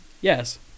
Yes